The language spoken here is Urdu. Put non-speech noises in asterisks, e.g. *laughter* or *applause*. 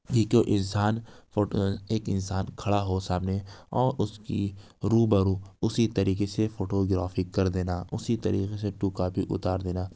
*unintelligible* یہ کہ انسان فوٹو ایک انسان کھڑا ہو سامنے اور اس کی رو برو اسی طریقے سے فوٹوگرافی کر دینا اسی طریقے سے ٹو کاپی اتار دینا